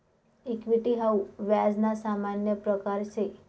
equity हाऊ व्याज ना सामान्य प्रकारसे